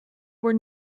were